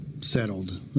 Settled